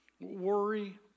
Worry